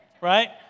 right